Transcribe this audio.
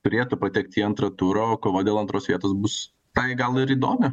turėtų patekti į antrą turą o kova dėl antros vietos bus tai gal ir įdomi